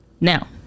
Now